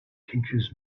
teaches